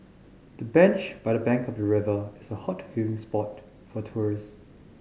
the bench by the bank of the river is a hot viewing spot for tourists